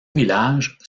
village